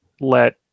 let